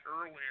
earlier